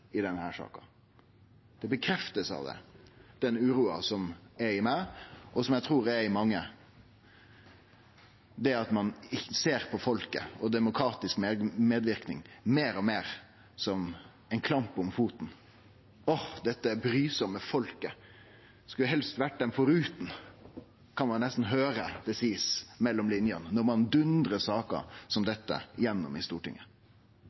i denne saka. Det blir bekrefta av det. Den uroa som er i meg, og som eg trur er i mange, er at ein ser på folket og demokratisk medverknad meir og meir som ein klamp om foten. Åh, dette brysame folket! Ein skulle helst ha vore dei forutan, kan ein nesten høyre at ein seier mellom linene når ein dundrar saker som dette gjennom i Stortinget.